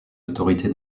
autorités